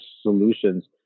solutions